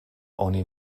oni